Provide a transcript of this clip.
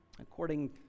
According